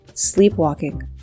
sleepwalking